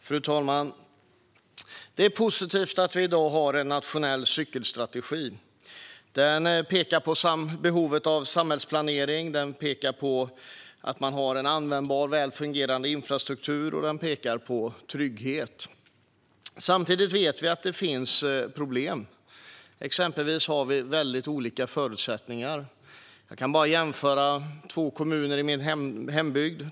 Fru talman! Det är positivt att vi i dag har en nationell cykelstrategi. Den pekar på behovet av samhällsplanering och en användbar och väl fungerande infrastruktur, och den pekar på trygghet. Samtidigt vet vi att det finns problem. Vi har till exempel väldigt olika förutsättningar. Man kan jämföra två kommuner i min hembygd.